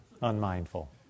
unmindful